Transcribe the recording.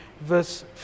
verse